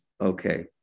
Okay